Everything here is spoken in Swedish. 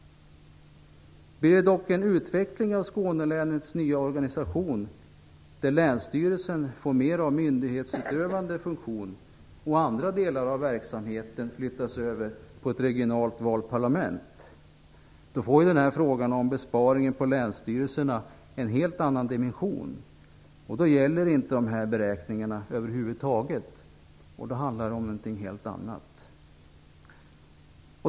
Blir det dock en utveckling av Skånelänets nya organisation där länsstyrelsen får mer av en myndighetsutövande funktion och andra delar av verksamheten flyttas över på ett regionalt valt parlament, får frågan om besparing på länsstyrelserna en helt annan dimension, och då gäller inte dessa beräkningar över huvud taget. Det handlar i så fall om någonting helt annat.